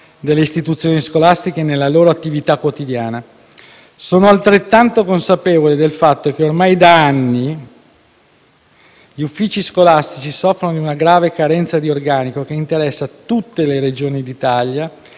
delle istituzioni scolastiche nella loro attività quotidiana; sono altrettanto consapevole del fatto che, ormai da anni, gli uffici scolastici soffrono di una grave carenza di organico che interessa tutte le Regioni d'Italia